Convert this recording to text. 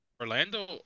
Orlando